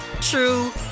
true